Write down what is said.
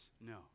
No